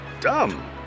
Dumb